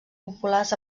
populars